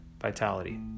Vitality